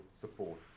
support